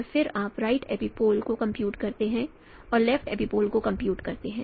और फिर आप राइट एपिपोल को कंप्यूट करते हैं और लेफ्ट एपिपोल को कंप्यूट करते हैं